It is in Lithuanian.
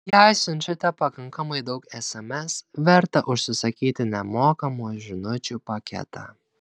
jei siunčiate pakankamai daug sms verta užsisakyti nemokamų žinučių paketą